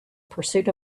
pursuit